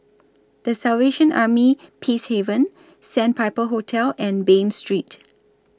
The Salvation Army Peacehaven Sandpiper Hotel and Bain Street